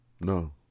No